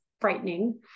frightening